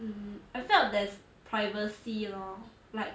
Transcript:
mm I felt there's privacy lor like